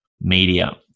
media